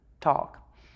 talk